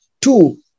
two